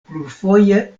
plurfoje